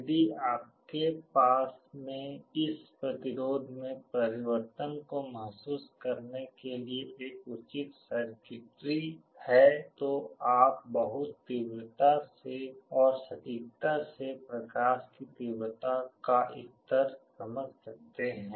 यदि आपके पास में इस प्रतिरोध में परिवर्तन को महसूस करने के लिए एक उचित सर्किट्री है तो आप बहुत तीव्रता से और सटीकता से प्रकाश की तीव्रता का स्तर समझ सकते हैं